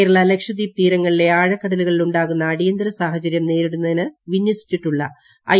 കേരള ലക്ഷദ്വീപ് തീരങ്ങളിലെ ആഴക്കടലുകളിൽ ഉണ്ടാകുന്ന അടിയന്തര സാഹചര്യം നേരിടുന്നതിന് വിന്യസിച്ചിട്ടുള്ള ഐ